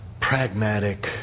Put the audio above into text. pragmatic